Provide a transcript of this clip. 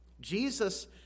Jesus